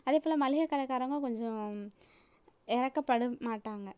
அதே போல் மளிகைக்கடக்காரவங்க கொஞ்சம் இரக்கப்படமாட்டாங்க